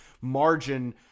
margin